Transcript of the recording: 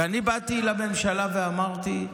ואני באתי לממשלה ואמרתי: